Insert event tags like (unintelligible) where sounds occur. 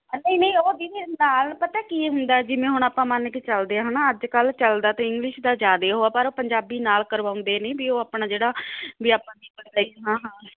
ਨਹੀਂ ਨਹੀਂ ਉਹ ਦੀਦੀ ਨਾਲ ਪਤਾ ਕੀ ਹੁੰਦਾ ਜਿਵੇਂ ਹੁਣ ਆਪਾਂ ਮੰਨ ਕੇ ਚਲਦੇ ਹਾਂ ਹੈ ਨਾ ਅੱਜ ਕੱਲ੍ਹ ਚੱਲਦਾ ਤਾਂ ਇੰਗਲਿਸ਼ ਦਾ ਜ਼ਿਆਦਾ ਉਹ ਹੈ ਪਰ ਪੰਜਾਬੀ ਨਾਲ ਕਰਵਾਉਂਦੇ ਨਹੀਂ ਵੀ ਉਹ ਆਪਣਾ ਜਿਹੜਾ ਵੀ ਆਪਾਂ (unintelligible) ਹਾਂ ਹਾਂ